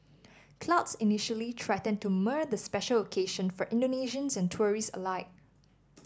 clouds initially threatened to mar the special occasion for Indonesians and tourists alike